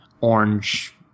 orange